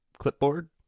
clipboard